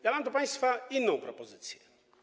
Ja mam dla państwa inną propozycję.